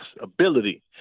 ability